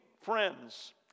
friends